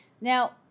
Now